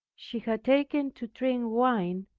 she had taken to drink wine,